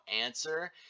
answer